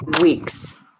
weeks